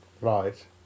Right